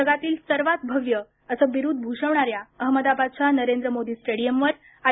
जगातील सर्वात भव्य असे बिरूद भूषवणाऱ्या अहमदाबादच्या नरेंद्र मोदी स्टेडियमवर आय